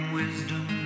wisdom